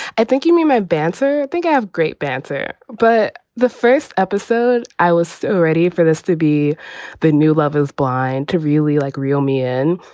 i think you mean my banter. i think i have great banter but the first episode i was so ready for this to be the new love is blind to really like real me in.